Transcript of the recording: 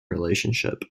relationship